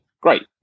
great